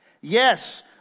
Yes